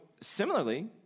similarly